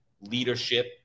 leadership